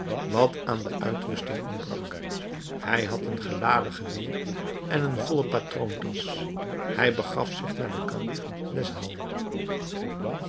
wat aan de uitrusting ontbrak hij had een geladen geweer en een volle patroontasch hij begaf zich naar den kant des halles